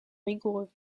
rigoureux